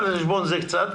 על חשבון זה קצת.